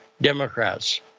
Democrats